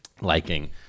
liking